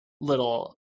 little